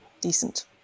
decent